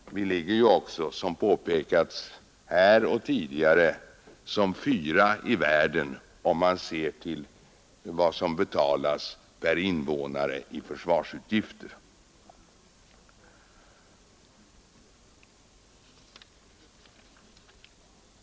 Vårt land ligger också, som påpekats i dag och tidigare, som fyra i världen om man ser på vad som betalas per invånare i försvarsutgifter.